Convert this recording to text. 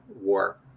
war